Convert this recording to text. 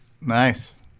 Nice